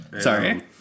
Sorry